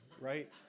right